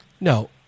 No